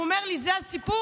והוא אמר לי: זה הסיפור?